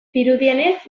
dirudienez